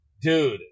Dude